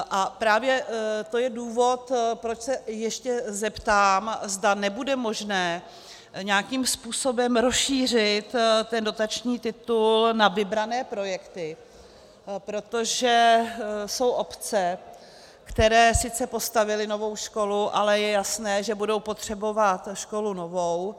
A právě to je důvod, proč se ještě zeptám, zda nebude možné nějakým způsobem rozšířit ten dotační titul na vybrané projekty, protože jsou obce, které sice postavily novou školu, ale je jasné, že budou potřebovat školu novou.